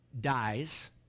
dies